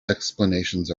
explanations